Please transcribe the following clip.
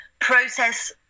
process